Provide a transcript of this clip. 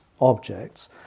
objects